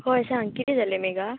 हय सांग कितें जालें मेघा